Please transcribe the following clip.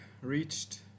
reached